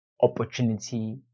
opportunity